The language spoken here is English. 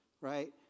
right